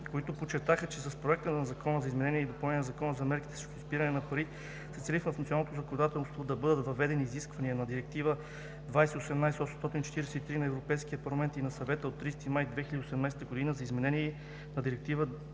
които подчертаха, че с Проекта на закон за изменение и допълнение на Закона за мерките срещу изпиране на пари се цели в националното законодателство да бъдат въведени изисквания на Директива (ЕС) 2018/843 на Европейския парламент и на Съвета от 30 май 2018 г. за изменение на Директива